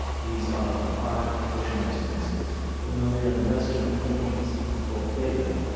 these are the five traditional senses familiar in western thinking since before plato.